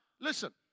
Listen